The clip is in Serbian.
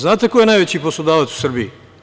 Znate ko je najveći poslodavac u Srbiji?